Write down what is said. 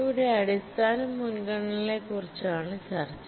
ഇവിടെ അടിസ്ഥാന മുൻഗണനകളെക്കുറിച്ചാണ് ചർച്ച